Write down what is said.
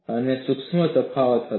અને સૂક્ષ્મ તફાવત હતો